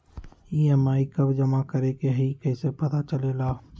EMI कव जमा करेके हई कैसे पता चलेला?